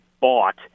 bought